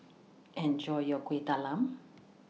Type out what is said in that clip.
Enjoy your Kueh Talam